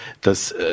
dass